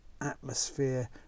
atmosphere